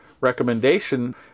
recommendation